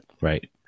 right